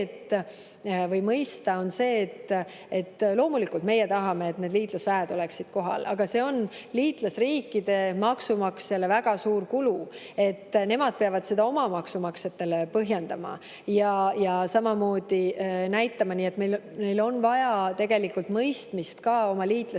või mõista seda, et loomulikult meie tahame, et need liitlasväed oleksid kohal, aga see on liitlasriikide maksumaksjale väga suur kulu. Nemad peavad seda oma maksumaksjatele põhjendama ja samamoodi näitama. Meil on vaja tegelikult mõistmist oma liitlaste